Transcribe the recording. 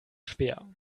schwer